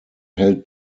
hält